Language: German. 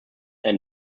ein